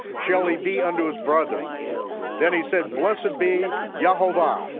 shall he be unto his brethren. then he said, blessed be yehovah,